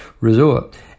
resort